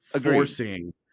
forcing